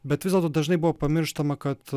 bet vis dėlto dažnai buvo pamirštama kad